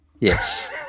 Yes